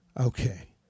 Okay